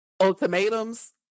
ultimatums